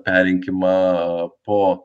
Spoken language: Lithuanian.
perrinkimą po